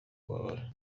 kubabara